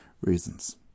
reasons